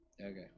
Okay